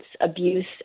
abuse